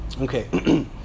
Okay